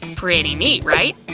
and pretty neat, right?